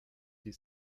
die